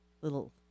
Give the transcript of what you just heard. little